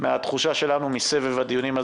שמהתחושה שלנו מסבב הדיונים,